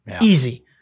Easy